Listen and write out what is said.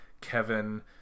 kevin